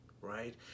right